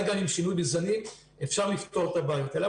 גם עם שינוי בזנים אפשר לפתור את הבעיות האלה.